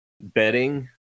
bedding